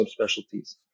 subspecialties